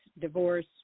divorce